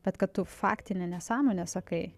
bet kad tu faktinę nesąmonę sakai